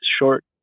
short